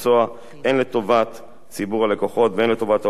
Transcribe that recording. הן לטובת ציבור הלקוחות והן לטובת העוסקים בתחום.